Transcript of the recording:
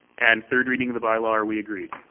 and third reading of the bylaw. are we agreed?